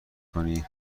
کنی